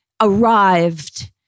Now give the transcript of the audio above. arrived